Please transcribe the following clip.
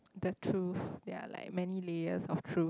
the truth ya like many layers of truth